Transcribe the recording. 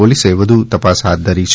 પોલીસે વધુ તપાસ હાથ ધરી છે